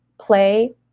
play